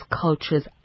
cultures